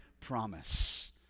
promise